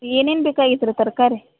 ಏನೇನು ಬೇಕಾಗಿತ್ತು ರೀ ತರಕಾರಿ